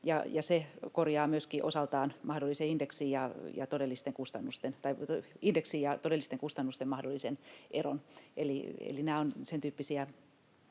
se korjaa myöskin osaltaan indeksin ja todellisten kustannusten mahdollisen eron. Eli nämä ovat sentyyppisiä